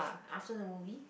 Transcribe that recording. after the movie